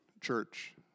church